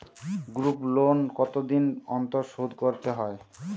Group loan কতদিন অন্তর শোধকরতে হয়?